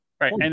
right